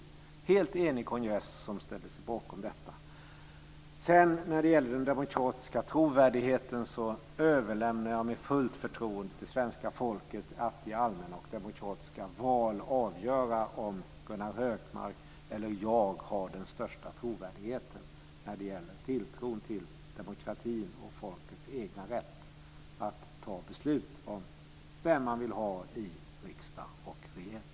Det var en helt enig kongress som ställde sig bakom detta. När det sedan gäller den demokratiska trovärdigheten överlämnar jag med fullt förtroende åt svenska folket att vid allmänna och demokratiska val avgöra om Gunnar Hökmark eller jag har den största trovärdigheten i fråga om tilltron till demokratin och folkets egen rätt att fatta beslut om vem man vill ha i riksdag och regering.